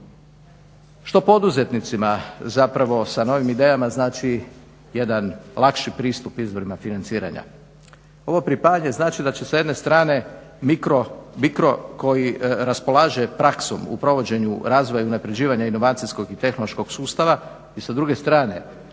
Što poduzetnicima zapravo sa novim idejama znači jedan lakši pristup izvorima financiranja? Ovo pripajanje znači da će sa jedne strane BICRO koji raspolaže praksom u provođenju razvoja i unapređivanja inovacijskog i tehnološkog sustava i sa druge strane